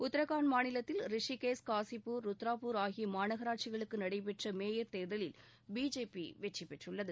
உத்தரகாண்ட் மாநிலத்தில் ரிஷிகேஷ் காசிபூர் ருத்ராபூர் ஆகிய மாநகராட்சிகளுக்கு நடைபெற்ற மேயர் தேர்தலில் பிஜேபி வெற்றிபெற்றுள்ளது